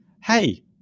Hey